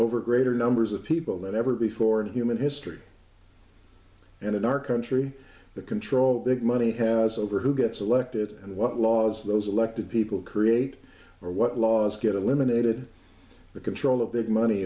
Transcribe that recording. over greater numbers of people than ever before in human history and in our country the control that money has over who gets elected and what laws those elected people create or what laws get eliminated the control of big money